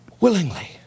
Willingly